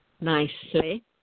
nicely